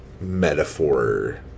metaphor